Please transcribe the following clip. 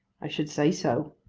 i should say so.